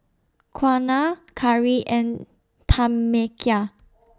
Quiana Kari and Tamekia